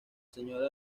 señora